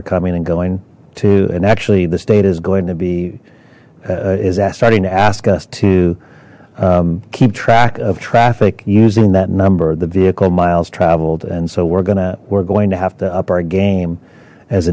are coming and going to and actually the state is going to be is that starting to ask us to keep track of traffic using that number the vehicle miles traveled and so we're going to we're going to have to up our game as